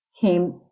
came